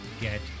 get